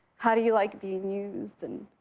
how do you like being used, and